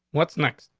what's next?